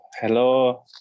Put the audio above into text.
Hello